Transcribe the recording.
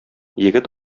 егет